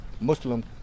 Muslim